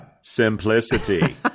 simplicity